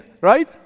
right